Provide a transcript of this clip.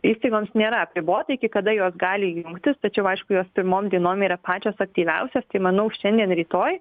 įstaigoms nėra apribota iki kada jos gali jungtis tačiau aišku jos pirmom dienom yra pačios aktyviausios tai manau šiandien rytoj